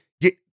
get